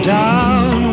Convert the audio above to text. down